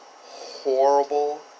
horrible